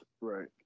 right